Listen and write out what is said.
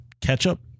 ketchup